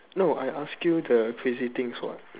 no I asking the crazy things what